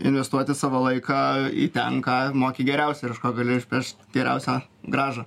investuoti savo laiką į ten ką moki geriausiai ir iš ko gali išpešt geriausią grąžą